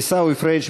עיסאווי פריג',